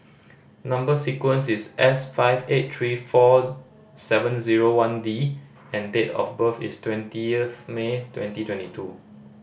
number sequence is S five eight three four seven zero one D and date of birth is twenty of May twenty twenty two